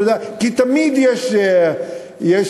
כי תמיד יש צרכים,